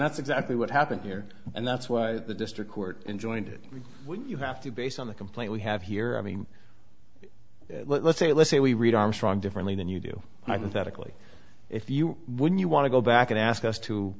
that's exactly what happened here and that's why the district court in joined it you have to based on the complaint we have here i mean let's say let's say we read armstrong differently than you do i think that a cli if you would you want to go back and ask us to